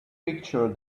picture